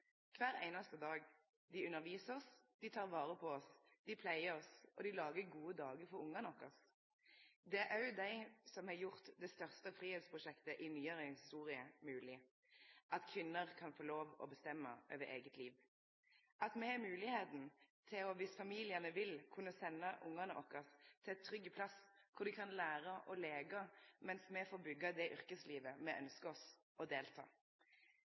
Dei underviser oss, dei tek vare på oss, dei pleier oss, og dei lagar gode dagar for ungane våre. Det er òg dei som har gjort mogleg det største fridomsprosjektet i nyare historie: at kvinner kan få lov til å bestemme over eige liv, at me har moglegheita til, hvis familiane vil, å kunne sende ungane våre til ein trygg plass der dei kan lære og leike mens me får byggje og delta i det yrkeslivet me ynskjer oss.